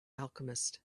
alchemist